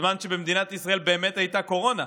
בזמן שבמדינת ישראל באמת הייתה קורונה.